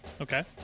Okay